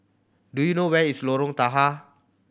do you know where is Lorong Tahar